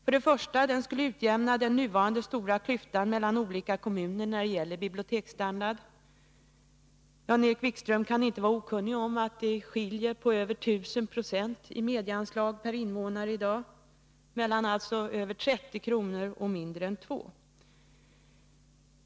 För det första: den skulle utjämna den nuvarande stora klyftan mellan olika kommuner när det gäller biblioteksstandard.” — Jan-Erik Wikström kan inte vara okunnig om att kommunernas medieanslag per invånare i dag skiljer sig med över 1000 20. De ligger mellan över 30 kr. och mindre än 2 kr.